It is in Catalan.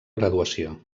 graduació